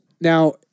now